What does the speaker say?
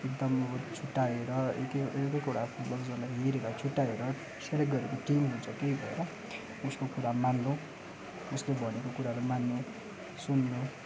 एकदम अब छुट्याएर एकै एउटै कुरा छुट्याएर सेलेक्ट गरेर टिम हुन्छ त्यही भएर उसको कुरा मान्नु उसले भनेको कुराहरू मान्नु सुन्नु